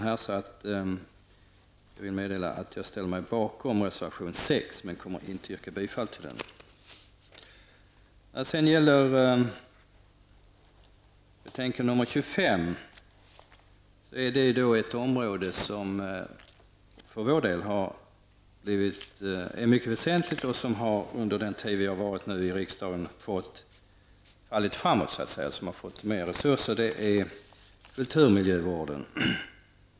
Jag meddelar därför att jag ställer mig bakom reservation 6, men att jag inte kommer att yrka bifall till den. Betänkande nr 25 behandlar ett område som vi tycker är mycket väsentligt och som under den tid vi har varit i riksdagen har fått mera resurser. Det gäller kulturmiljövården.